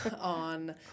On